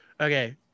Okay